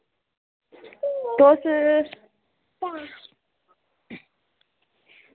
तुस